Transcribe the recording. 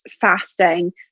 fasting